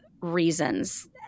reasons